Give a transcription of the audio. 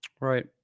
Right